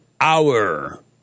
Hour